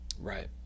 Right